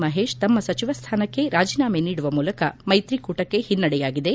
ಮಹೇತ್ ತಮ್ಮ ಸಚಿವ ಸ್ಥಾನಕ್ಕೆ ರಾಜೀನಾಮೆ ನೀಡುವ ಮೂಲಕ ಮೈತ್ರಿಕೂಟಕ್ಕೆ ಹಿನ್ನಡೆಯಾಗಿದೆ